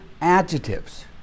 adjectives